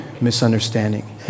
misunderstanding